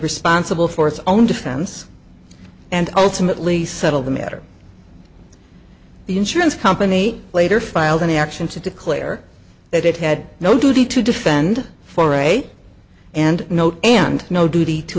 responsible for its own defense and ultimately settle the matter the insurance company later filed an action to declare that it had no duty to defend farai and note and no duty to